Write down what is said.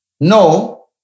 No